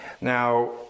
Now